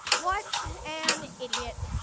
what an idiot.